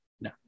No